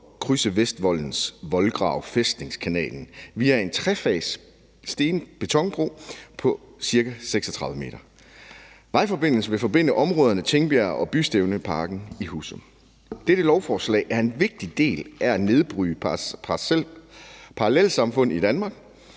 og krydse Vestvoldens voldgrav, Fæstningskanalen, via en trefags sten-/betonbro på ca. 36 m. Vejforbindelsen vil forbinde områderne Tingbjerg og Bystævneparken i Husum. Dette lovforslag er en vigtig del af ønsket om at nedbryde parallelsamfund i Danmark.